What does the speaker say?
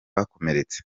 bakomeretse